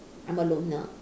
I'm a loner